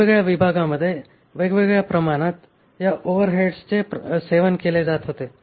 वेगवेगळ्या विभागांमध्ये वेगवेगळ्या प्रमाणात या ओव्हरहेडचे सेवन केले जात होते